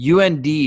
UND